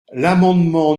l’amendement